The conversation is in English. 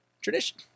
Tradition